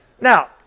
Now